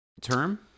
term